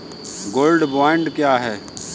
Gold bond क्या है?